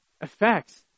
effects